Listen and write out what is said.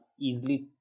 easily